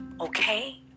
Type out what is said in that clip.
Okay